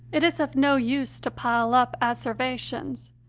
it is of no use to pile up asseverations,